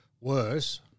worse